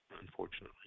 unfortunately